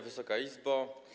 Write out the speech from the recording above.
Wysoka Izbo!